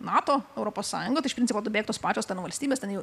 nato europos sąjungatai iš principo beveik tos pačios valstybės ten jau